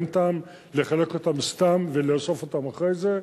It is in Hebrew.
אין טעם לחלק אותן סתם ולאסוף אותן אחרי זה,